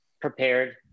prepared